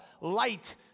light